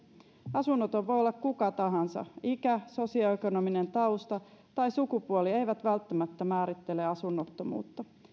asunnoton voi olla kuka tahansa ikä sosioekonominen tausta tai sukupuoli eivät välttämättä määrittele asunnottomuutta